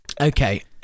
Okay